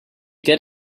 get